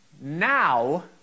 Now